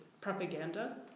propaganda